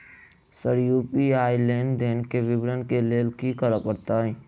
Sir UPI लेनदेन केँ विवरण केँ लेल की करऽ परतै?